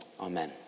amen